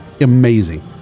amazing